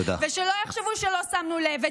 ושלא יחשבו שלא שמנו לב,